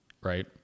right